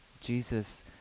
Jesus